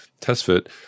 TestFit